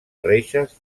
reixes